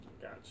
Gotcha